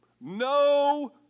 no